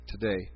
today